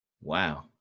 wow